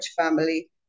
family